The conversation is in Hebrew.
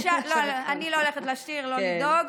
לא, אני לא הולכת לשיר, לא לדאוג.